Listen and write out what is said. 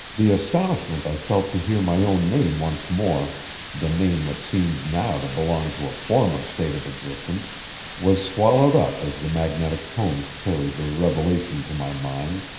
the astonishment i felt to hear my own name once more the name that seemed now to belong to a former state of existence was swallowed up as the magnetic tones carried their revelation to my mind.